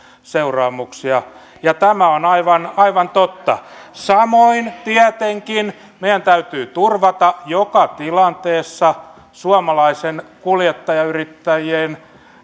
seuraamuksia ja tämä on aivan aivan totta samoin tietenkin meidän täytyy turvata joka tilanteessa suomalaisten kuljettajayrittäjien